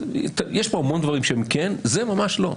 יש כאן הרבה דברים שהם כן, אבל זה ממש לא.